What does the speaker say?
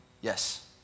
Yes